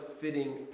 fitting